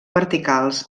verticals